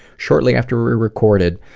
shortly after we recorded,